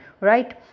Right